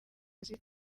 kazi